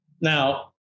Now